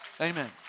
Amen